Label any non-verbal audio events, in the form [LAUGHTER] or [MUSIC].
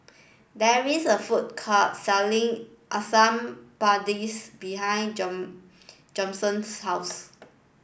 there is a food court selling Asam Pedas behind [UNINTELLIGIBLE] Jameson's house